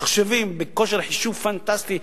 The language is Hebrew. מחשבים בכושר חישוב פנטסטי,